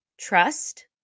trust